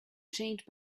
changed